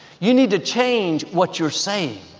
you need to change what you're saying.